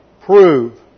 prove